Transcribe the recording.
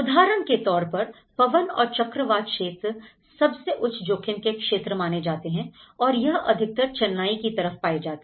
उदाहरण के तौर पर पवन और चक्रवात क्षेत्र सबसे उच्च जोखिम के क्षेत्र माने जाते हैं और यह अधिकतर चेन्नई की तरफ पाए जाते हैं